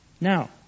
Now